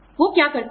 वो क्या करते हैं